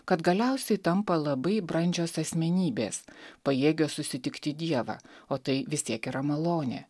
kad galiausiai tampa labai brandžios asmenybės pajėgios susitikti dievą o tai vis tiek yra malonė